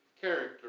character